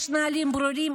יש נהלים ברורים,